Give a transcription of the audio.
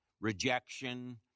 rejection